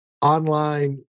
online